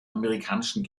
amerikanischen